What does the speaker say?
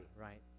right